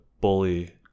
bully